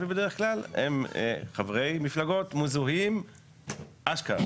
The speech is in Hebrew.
בדרך כלל הם חברי מפלגות מזוהים אשכרה,